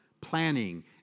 planning